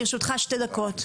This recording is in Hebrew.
לרשותך שתי דקות.